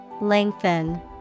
Lengthen